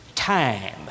Time